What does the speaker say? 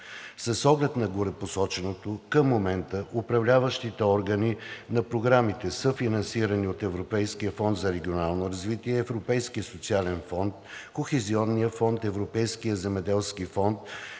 С оглед на горепосоченото към момента управляващите органи на програмите, съфинансирани от Европейския фонд за регионално развитие, Европейския социален фонд, Кохезионния фонд, Европейския земеделски фонд